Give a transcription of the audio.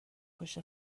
پشت